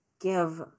give